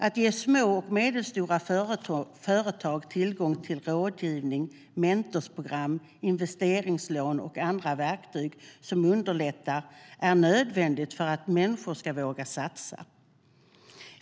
Att ge små och medelstora företag tillgång till rådgivning, mentorsprogram, investeringslån och andra verktyg som underlättar är nödvändigt för att människor ska våga satsa.